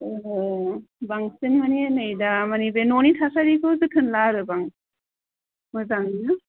औ बांसिन मानि नै दामानि ननि थासारिखौ जोथो ला आरो बांसि मोजाङैनो